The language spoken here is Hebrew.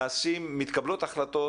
מתקבלות החלטות